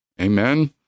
Amen